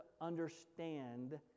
understand